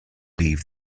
leave